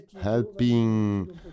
helping